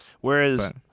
Whereas